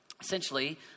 Essentially